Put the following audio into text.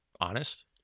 honest